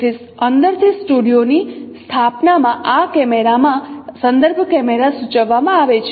તેથી અંદરથી સ્ટુડિયો ની સ્થાપના માં આ કેમેરામાં સંદર્ભ કેમેરા સૂચવવામાં આવે છે